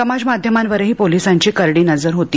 समाज माध्यमांवरही पोलिसांची करडी नजर होती